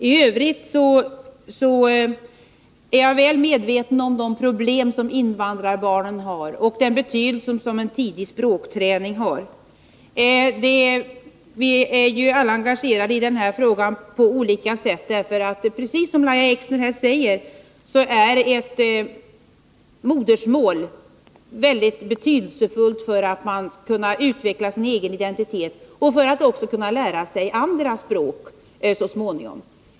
I övrigt är jag väl medveten om invandrarbarnens problem och den betydelse som en tidig språkträning har. Vi är ju alla engagerade i den här frågan på olika sätt. Som Lahja Exner här säger är ett modersmål mycket betydelsefullt för att man skall kunna utveckla sin egen identitet och för att man också skall kunna lära sig andra språk så småningom.